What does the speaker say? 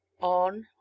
on